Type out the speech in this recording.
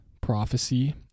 prophecy